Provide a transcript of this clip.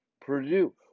Purdue